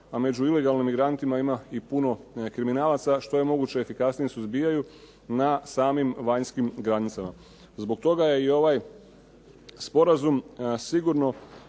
a među ilegalnim migrantima ima i puno kriminalaca što je moguće efikasnije suzbijaju na samim vanjskim granicama. Zbog toga je i ovaj sporazum sigurno